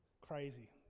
crazy